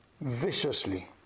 viciously